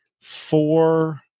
four